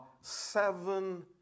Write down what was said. seven